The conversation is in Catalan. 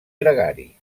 gregari